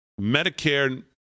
Medicare